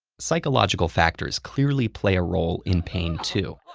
psychological factors clearly play a role in pain too,